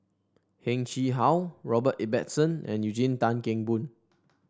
Heng Chee How Robert Ibbetson and Eugene Tan Kheng Boon